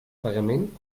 pagament